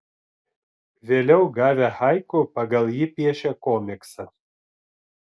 vėliau gavę haiku pagal jį piešė komiksą